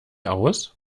aus